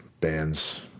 bands